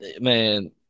man